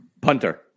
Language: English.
Punter